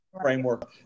framework